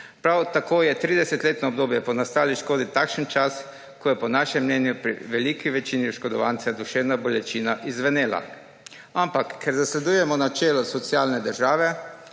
Prav tako je 30-letno obdobje po nastali škodi takšen čas, ko je po našem mnenju pri veliki večini oškodovancev duševna bolečina izzvenela, ampak ker zasledujemo načelo socialne države,